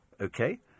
okay